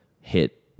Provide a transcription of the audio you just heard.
hit